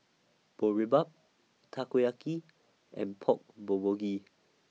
Boribap Takoyaki and Pork Bulgogi